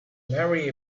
marry